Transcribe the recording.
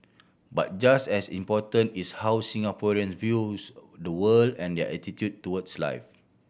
but just as important is how Singaporean views the world and their attitude towards life